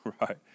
Right